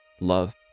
love